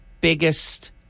biggest